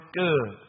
good